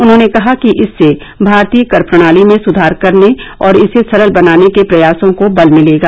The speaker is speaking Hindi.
उन्होंने कहा कि इससे भारतीय कर प्रणाली में सुधार करने और इसे सरल बनाने के प्रयासों को बल मिलेगा